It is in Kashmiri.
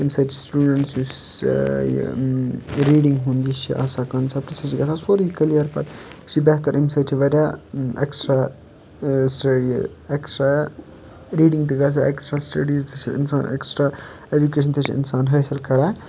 تمہِ سۭتۍ چھُ سٹوڈنٹس یہِ ریٖڈِنگ ہُند یہِ چھِ آسان کَنسؠپٹ سُہ چھِ گژھان سورُے کلیر پَتہٕ یہِ چھُ بہتر یمہِ سۭتۍ چھُ واریاہ اؠکسٹرا سُہ اؠکسٹرا ریٖڈِنگ تہِ گژھان اؠکسٹرا سٹیڈیٖز تہِ چھ اِنسان اؠکسٹرا ایجُکیشن تہ چھ حٲصِل کَران